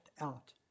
out